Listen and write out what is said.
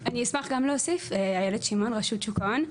אני אשמח גם להוסיף, איילת שמעון רשות שוק ההון.